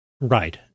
Right